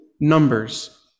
Numbers